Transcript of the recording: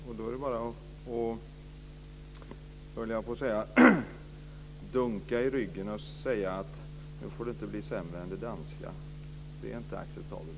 Det är bara att dunka i ryggen och säga att det inte får bli sämre än det danska. Det är inte acceptabelt.